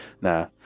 nah